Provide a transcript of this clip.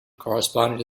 corresponding